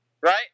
right